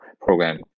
program